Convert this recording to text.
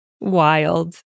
wild